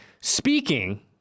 speaking